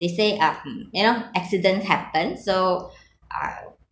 they say uh mm you know accidents happen so uh